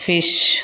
fish